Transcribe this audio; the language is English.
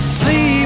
see